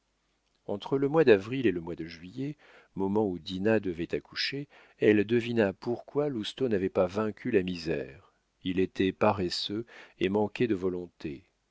entre le mois d'avril et le mois de juillet moment où dinah devait accoucher elle devina pourquoi lousteau n'avait pas vaincu la misère il était paresseux et manquait de volonté